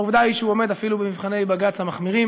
העובדה היא שהוא עומד אפילו במבחני בג"ץ המחמירים